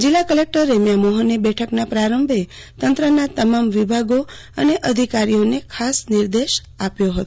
જિલ્લા કલેકટર રેમ્યા મોહને બેઠકના પ્રારંભે તંત્રના તમામ વિભાગો અને અધિકારીઓને ખાસ નિર્દેશ આપ્યો હતો